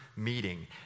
meeting